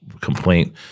complaint